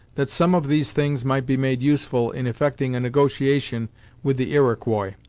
that some of these things might be made useful in effecting a negotiation with the iroquois,